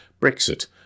Brexit